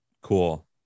Cool